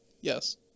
Yes